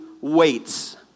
waits